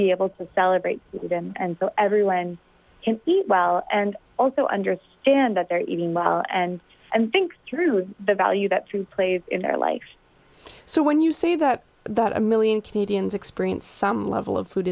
be able to celebrate that and so everyone can eat well and also understand that they're eating well and and think through the value that to place in their life so when you say that about a million canadians experience some level of food